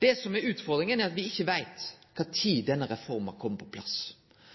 Det som er utfordringa, er at vi ikkje veit kva tid denne reforma kjem på plass.